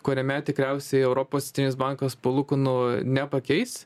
kuriame tikriausiai europos centrinis bankas palūkanų nepakeis